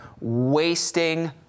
wasting